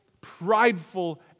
prideful